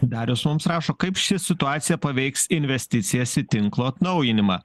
darius mums rašo kaip ši situacija paveiks investicijas į tinklo atnaujinimą